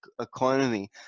economy